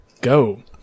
Go